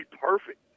perfect